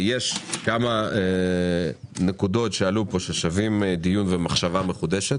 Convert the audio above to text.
יש כמה נקודות שעלו כאן ששוות דיון ומחשבה מחודשת